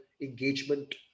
engagement